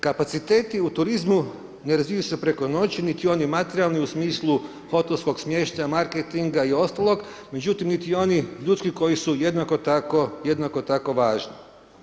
Kapaciteti u turizmu ne razvijaju se preko noći, niti oni materijalni u smislu hotelskog smještaja, marketinga i ostaloga, međutim, ni oni ljudski koji su jednako tako važni.